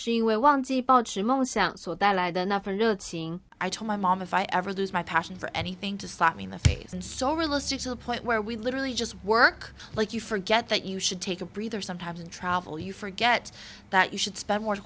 and i told my mom if i ever lose my passion for anything to slap me in the face and so realistic to the point where we literally just work like you forget that you should take a breather sometimes and travel you forget that you should spend more